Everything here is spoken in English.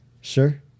Sure